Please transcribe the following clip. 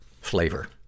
flavor